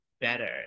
better